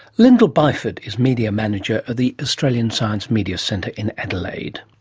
lyndal byford is media manager at the australian science media centre in adelaide.